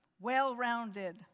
Well-rounded